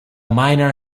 miner